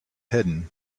hidden